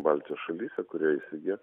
baltijos šalyse kurie įsigijo